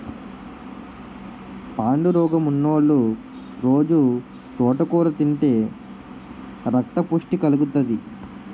పాండురోగమున్నోలు రొజూ తోటకూర తింతే రక్తపుష్టి కలుగుతాది